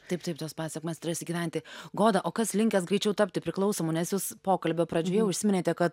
taip taip tos pasekmės turėsi gyventi goda o kas linkęs greičiau tapti priklausomu nes jūs pokalbio pradžioje užsiminėte kad